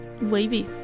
wavy